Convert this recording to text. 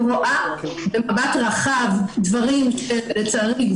היא רואה במבט רחב דברים שלצערי,